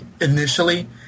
initially